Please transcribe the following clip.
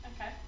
Okay